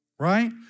right